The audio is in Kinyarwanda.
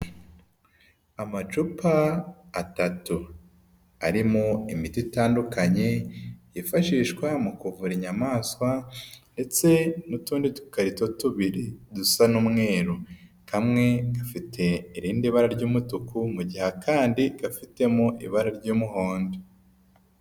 Amacupa atatu arimo imiti itandukanye yifashishwa mu kuvura inyamanswa ndetse n'utundi dukarito tubiri dusa n'umweru. Kamwe gafite irindi bara ry'umutuku mu gihe akandi gafitemo ibara ry'umuhondo.